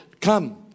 Come